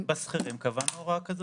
בשכירים קבענו 90 ימים.